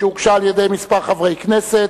שהוגשו על-ידי כמה חברי כנסת,